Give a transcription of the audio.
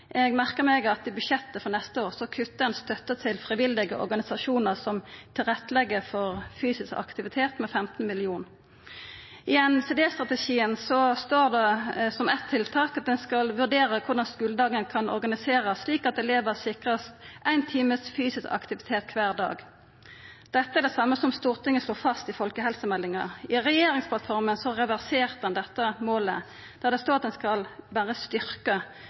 Eg merkar meg at ein i budsjettet for neste år kuttar støtta til frivillige organisasjonar som legg til rette for fysisk aktivitet, med 15 mill. kr. I NCD-strategien står det som eitt tiltak at ein skal vurdera korleis skuledagen kan organiserast slik at elevane vert sikra ein time fysisk aktivitet kvar dag. Dette er det same som Stortinget slo fast i folkehelsemeldinga. I regjeringsplattforma reverserte ein dette målet, og det står berre at ein skal